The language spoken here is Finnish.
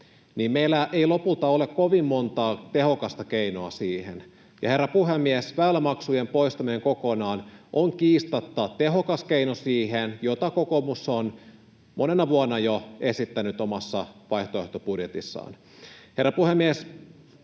niin meillä ei lopulta ole kovin monta tehokasta keinoa siihen, ja, herra puhemies, väylämaksujen poistaminen kokonaan on kiistatta tehokas keino siihen, ja kokoomus on sitä monena vuonna jo esittänyt omassa vaihtoehtobudjetissaan. Herra puhemies!